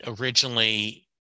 originally